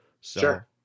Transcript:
Sure